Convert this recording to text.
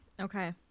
Okay